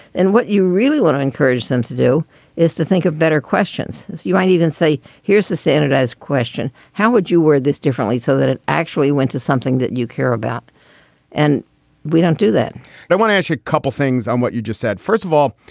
and what you really want to encourage them to do is to think of better questions. you might even say, here's the standardized question. how would you word this differently so that it actually went to something that you care about and we don't do that i but want to ask a couple things on what you just said. first of all.